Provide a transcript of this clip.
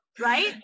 right